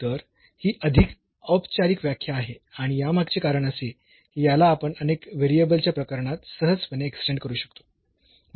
तर ही अधिक औपचारिक व्याख्या आहे आणि यामागचे कारण असे की याला आपण अनेक व्हेरिएबलच्या प्रकरणात सहजपणे एक्स्टेंड करू शकतो